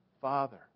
Father